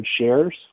shares